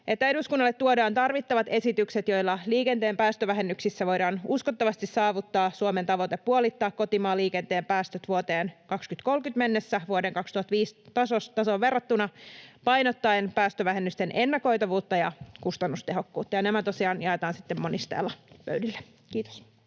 eduskunnalle tuodaan tarvittavat esitykset, joilla liikenteen päästövähennyksissä voidaan uskottavasti saavuttaa Suomen tavoite puolittaa kotimaan liikenteen päästöt vuoteen 2030 mennessä vuoden 2005 tasoon verrattuna painottaen päästövähennysten ennakoitavuutta ja kustannustehokkuutta. Ja nämä tosiaan jaetaan sitten monisteella pöydille. — Kiitos.